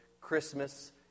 Christmas